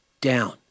down